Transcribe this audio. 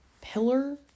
Pillar